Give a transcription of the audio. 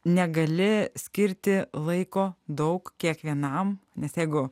negali skirti laiko daug kiekvienam nes jeigu